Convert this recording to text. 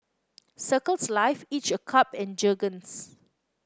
Circles Life each a cup and Jergens